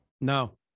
No